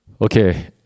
Okay